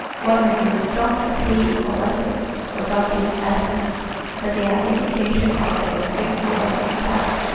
one may be predominantly thoracic without these elements but they are indications of the extreme thoracic type.